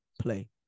Play